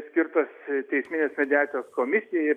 skirtas teisminės mediacijos komisija ir